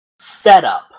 setup